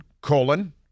colon